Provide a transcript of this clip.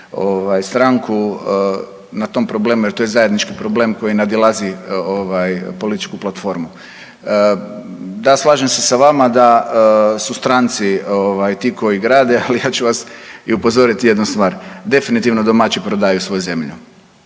stranku na tom problemu jer to je zajednički problem koji nadilazi ovaj političku platformu. Da, slažem se s vama da su stranci ovaj ti koji grade, ali ja ću vas i upozoriti jednu stvar, definitivno domaći prodaju svoju zemlju.